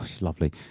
lovely